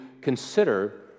consider